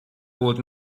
old